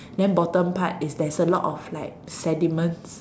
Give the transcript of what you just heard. then bottom part is there's a lot of like sediments